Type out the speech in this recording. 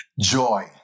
Joy